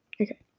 Okay